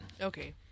Okay